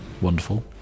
Wonderful